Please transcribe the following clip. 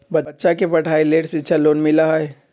बच्चा के पढ़ाई के लेर शिक्षा लोन मिलहई?